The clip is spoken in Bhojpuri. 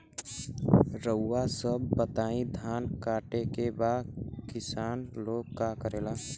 रउआ सभ बताई धान कांटेके बाद किसान लोग का करेला?